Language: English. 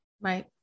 Right